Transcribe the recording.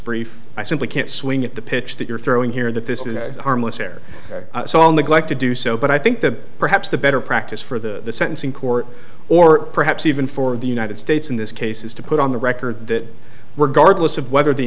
brief i simply can't swing at the pitch that you're throwing here that this is a harmless error so only gleick to do so but i think that perhaps the better practice for the sentencing court or perhaps even for the united states in this case is to put on the record that regardless of whether the